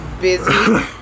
busy